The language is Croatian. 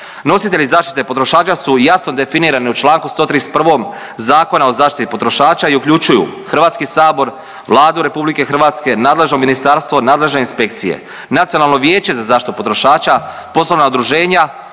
Nositelji zaštite potrošača su jasno definirani u čl. 131. Zakona o zaštiti potrošača i uključuju HS, Vladu RH, nadležno ministarstvo, nadležne inspekcije, Nacionalno vijeće za zaštitu potrošača, poslovna udruženja,